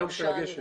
עם המכ"ם של הגשם.